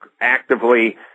actively